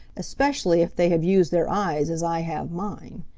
especially if they have used their eyes as i have mine.